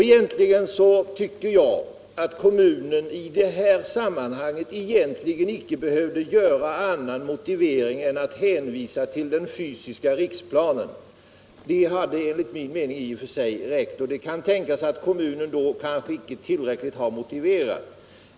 Egentligen tycker jag att kommunen i detta sammanhang icke skulle behöva anföra annan motivering än en hänvisning till den fysiska riksplanen; enligt min mening hade detta i och för sig räckt. Det kan tänkas att kommunen då icke tillräckligt motiverat framställningen.